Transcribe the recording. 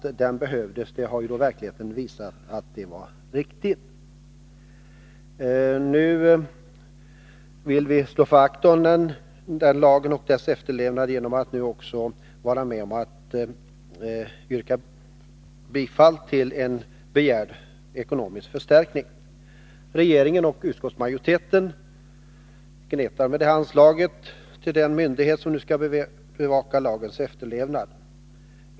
Verkligheten har visat att vi hade rätt. Nu vill vi slå vakt om den lagen och dess tillämpning genom att vara med om att yrka bifall till en begärd ekonomisk förstärkning. Regeringen och utskottsmajoriteten gnetar med anslaget till den myndighet som skall bevaka lagens efterlevnad.